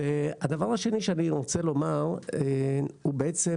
הדבר השני שאני רוצה לומר הוא בעצם